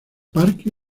parque